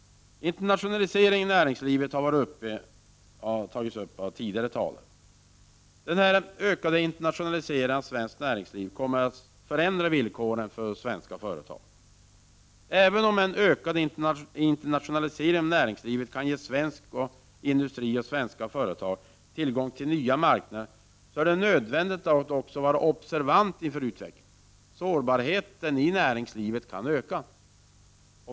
Internationaliseringen av näringslivet har tagits upp av tidigare talare. Den ökade internationaliseringen av svenskt näringsliv kommer att förändra villkoren för svenska företag. Även om en ökad internationalisering inom näringslivet kan ge svensk industri och svenska företag tillgång till nya marknader, är det också nödvändigt att vara observant inför utvecklingen. Sårbarheten i näringslivet kan öka.